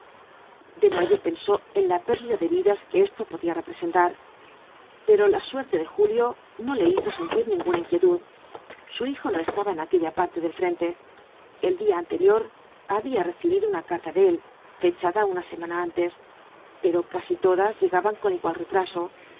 desnoyers pensó en la pérdida de vidas que esto podía representar pero la suerte de julio no le hizo sentir ninguna inquietud su hijo no estaba en aquella parte del frente el día anterior había recibido una carta de él fechada una semana antes pero casi todas llegaban con igual retraso